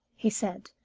he said.